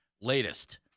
Latest